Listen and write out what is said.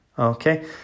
Okay